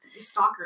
stalker